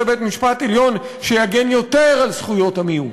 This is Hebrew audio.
בית-משפט עליון שיגן יותר על זכויות המיעוט,